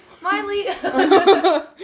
Miley